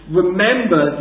remember